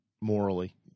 morally